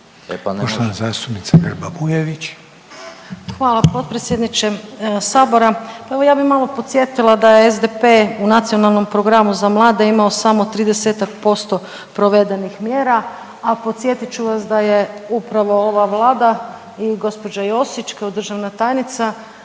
**Grba-Bujević, Maja (HDZ)** Hvala potpredsjedniče Sabora. Evo ja bih malo podsjetila da je SDP u Nacionalnom programu za mlade imao samo tridesetak posto provedenih mjera, a podsjetit ću vas da je upravo ova Vlada i gospođa Josić kao državna tajnica baš